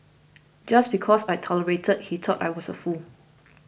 just because I tolerated he thought I was a fool